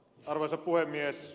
arvoisa puhemies